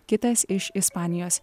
kitas iš ispanijos